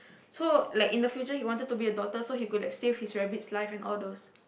so like in the future he wanted to be a doctor so he could like save his rabbit's life and all those